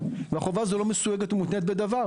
והחובה הזאת לא מסויגת ומותנית בדבר.